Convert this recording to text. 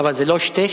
אבל זה לא שתי-שליש.